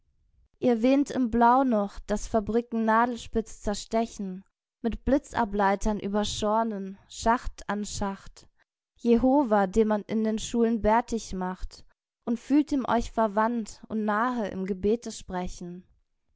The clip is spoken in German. ihr wähnt im blau noch das fabriken nadelspitz zerstechen mit blitzableitern über schornen schacht an schacht jebova den man in den schulen bärtig macht und fühlt ihm euch verwandt und nahe im gebetesprechen